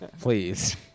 Please